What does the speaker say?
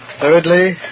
thirdly